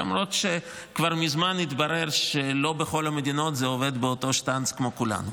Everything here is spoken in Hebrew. למרות שכבר מזמן התברר שלא בכל המדינות זה עובד באותו שטנץ כמו אצלנו.